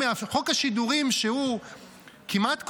חוק השידורים, שהוא כמעט קונסנזוס,